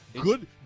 Good